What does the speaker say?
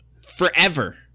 forever